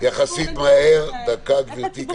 יחסית מהר --- השאלה איך הציבור --- דקה גברתי,